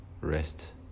rest